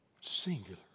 Singular